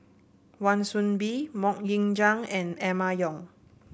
Wan Soon Bee MoK Ying Jang and Emma Yong